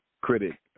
critic